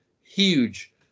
huge